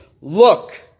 Look